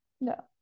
No